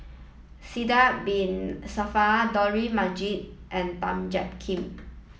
Sidek Bin Saniff Dollah Majid and Tan Jiak Kim